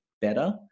better